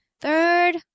Third